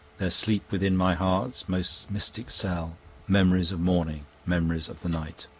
there sleep within my heart's most mystic cell memories of morning, memories of the night.